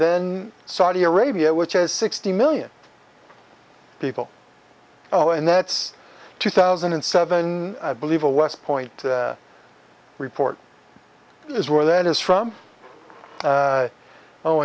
then saudi arabia which has sixty million people oh and that's two thousand and seven i believe a west point report is where that is